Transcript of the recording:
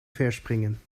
verspringen